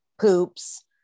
poops